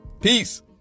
Peace